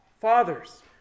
Fathers